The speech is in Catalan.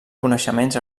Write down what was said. coneixements